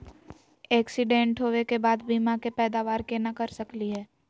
Accident होवे के बाद बीमा के पैदावार केना कर सकली हे?